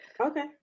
Okay